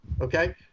Okay